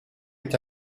est